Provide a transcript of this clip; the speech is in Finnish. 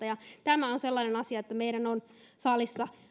ja tämä on sellainen asia että meidän on salissa